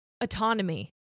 autonomy